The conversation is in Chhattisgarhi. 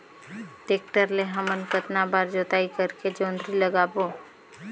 टेक्टर ले हमन कतना बार जोताई करेके जोंदरी लगाबो?